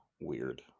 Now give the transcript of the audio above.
weird